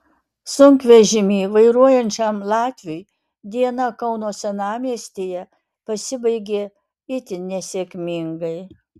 sunkvežimį vairuojančiam latviui diena kauno senamiestyje pasibaigė itin nesėkmingai